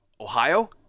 Ohio